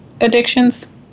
addictions